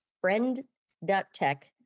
friend.tech